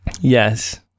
Yes